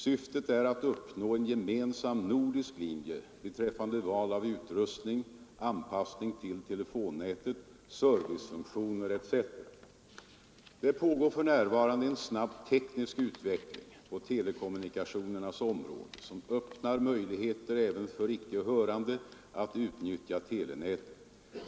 Syftet är att uppnå en gemensam nordisk linje beträffande val av utrustning, anpassning till telefonnätet, servicefunktioner etc. Det pågår för närvarande en snabb teknisk utveckling på telekommunikationernas område, som öppnar möjligheter även för icke hörande att utnyttja telenätet.